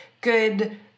good